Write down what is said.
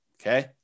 okay